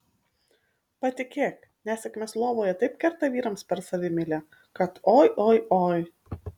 patikėk nesėkmės lovoje taip kerta vyrams per savimeilę kad oi oi oi